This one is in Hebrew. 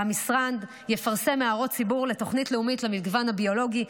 והמשרד יפרסם הערות ציבור לתוכנית לאומית למגוון הביולוגי,